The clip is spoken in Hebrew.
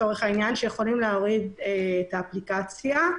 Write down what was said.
שיכולים להוריד את האפליקציה.